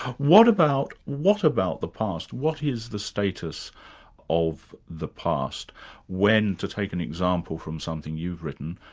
what about what about the past? what is the status of the past when, to take an example from something you've written,